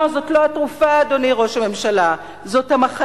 לא, זאת לא התרופה, אדוני ראש הממשלה, זאת המחלה.